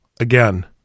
again